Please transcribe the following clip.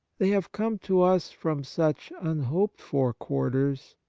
they have come to us from such unhoped for quarters,